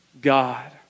God